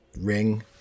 ring